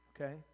Okay